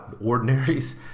ordinaries